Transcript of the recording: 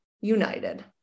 United